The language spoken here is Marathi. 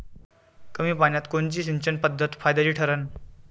कमी पान्यात कोनची सिंचन पद्धत फायद्याची ठरन?